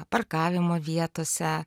parkavimo vietose